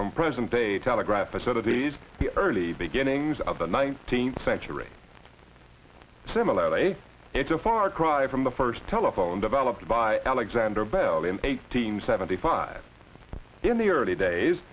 from present day telegraph a set of these the early beginnings of the nineteenth century similarly it's a far cry from the first telephone developed by alexander bell in eighteen seventy five in the early days